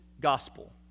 gospel